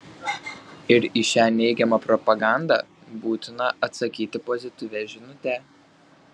ir į šią neigiamą propagandą būtina atsakyti pozityvia žinute